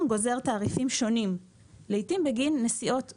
גוזר לעיתים תעריפים שונים בגין נסיעות זהות.